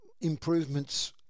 improvements